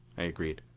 i agreed.